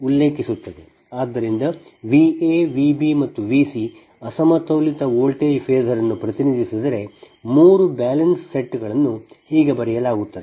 ಆದ್ದರಿಂದ V a V b ಮತ್ತು V c ಅಸಮತೋಲಿತ ವೋಲ್ಟೇಜ್ ಫೇಸರ್ ಅನ್ನು ಪ್ರತಿನಿಧಿಸಿದರೆ ಮೂರು ಬ್ಯಾಲೆನ್ಸ್ ಸೆಟ್ಗಳನ್ನು ಹೀಗೆ ಬರೆಯಲಾಗುತ್ತದೆ